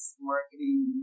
marketing